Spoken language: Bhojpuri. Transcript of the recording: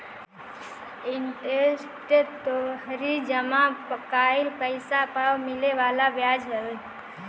इंटरेस्ट तोहरी जमा कईल पईसा पअ मिले वाला बियाज हवे